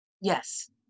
Yes